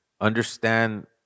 understand